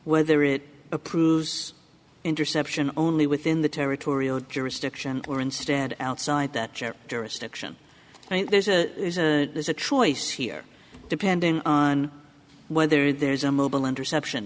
whether it approves interception only within the territorial jurisdiction or instead outside that jet jurisdiction i think there's a there's a choice here depending on whether there's a mobile interception